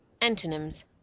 Antonyms